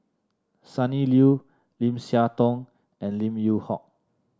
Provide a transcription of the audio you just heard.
Sonny Liew Lim Siah Tong and Lim Yew Hock